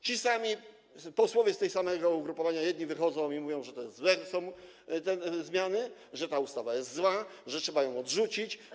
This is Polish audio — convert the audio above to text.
Ci sami posłowie, z tego samego ugrupowania, jedni wychodzą i mówią, że to są złe zmiany, że ta ustawa jest zła, że trzeba ją odrzucić.